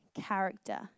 character